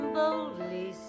boldly